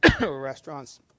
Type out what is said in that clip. restaurants